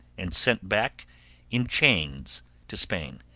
and sent back in chains to spain.